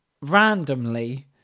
Randomly